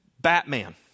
Batman